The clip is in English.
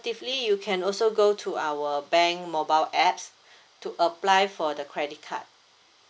you can also go to our bank mobile apps to apply for the credit card